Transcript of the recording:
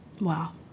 Wow